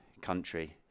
country